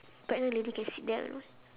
pregnant lady can sit there or not